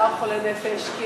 שנעצר חולה נפש?